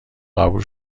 قبول